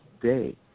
day